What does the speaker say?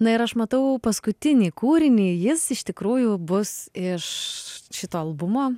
na ir aš matau paskutinį kūrinį jis iš tikrųjų bus iš šito albumo